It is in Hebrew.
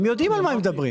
העסקאות האלה,